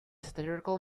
satirical